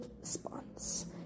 response